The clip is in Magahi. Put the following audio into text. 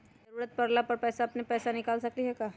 जरूरत परला पर हम अपन पूरा पैसा निकाल सकली ह का?